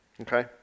Okay